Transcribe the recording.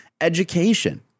education